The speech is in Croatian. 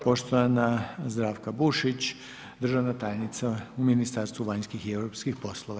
Poštovana Zdravka Bušić državna tajnica u Ministarstvu vanjskih i europskih poslova.